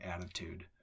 attitude